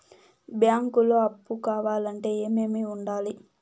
బ్యాంకులో అప్పు కావాలంటే ఏమేమి ఉండాలి?